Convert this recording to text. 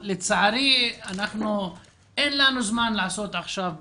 לצערי אין לנו זמן לעשות עכשיו פיילוט.